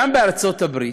גם בארצות הברית,